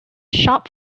shop